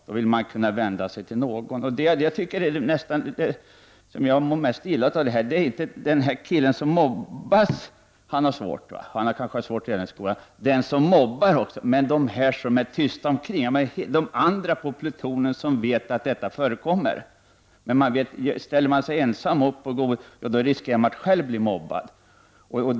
Då vill man ha möjlighet att vända sig till någon utanför. Den som mobbas har det naturligtvis svårt — han har kanske drabbats redan under skoltiden. Den som mobbar kan också ha det svårt, men jag mår nästan mest illa över de andra på plutonen som är tysta. De vet att det förekommer mobbning, men om man är ensam om att reagera, riskerar man att själv bli mobbad.